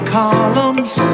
columns